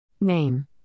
name